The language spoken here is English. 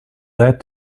that